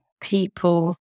people